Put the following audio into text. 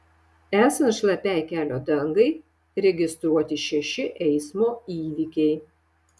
esant šlapiai kelio dangai registruoti šeši eismo įvykiai